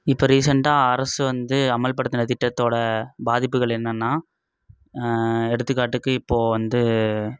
இப்போ ரீசண்டாக அரசு வந்து அமல்படுத்தின திட்டத்தோட பாதிப்புகள் என்னென்னா எடுத்துக்காட்டுக்கு இப்போது வந்து